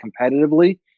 competitively